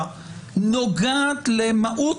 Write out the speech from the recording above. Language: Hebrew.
אבל לגבי